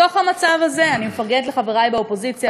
בתוך המצב הזה אני מפרגנת לחברי באופוזיציה,